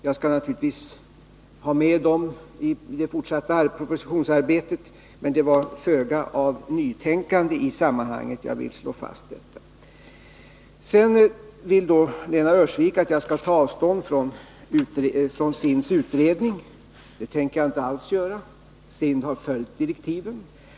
Jag skall naturligtvis ha med dessa i det fortsatta propositionsarbetet, men det förekom föga av nytänkande i sammanhanget — det vill jag slå fast. Sedan vill Lena Öhrsvik att jag skall ta avstånd från SIND:s utredning. Det tänker jag inte alls göra. SIND har följt direktiven.